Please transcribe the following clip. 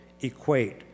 equate